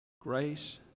grace